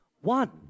One